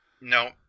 No